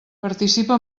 participa